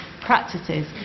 practices